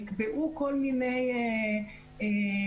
נקבעו כל מיני הנחות,